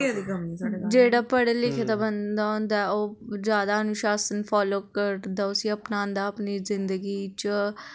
जेह्ड़ा पढ़े लिखे दा बंदा होंदा ऐ ओह् जैदा अनुशासन फालो करदा उस्सी अपनादा अपनी जिंदगी च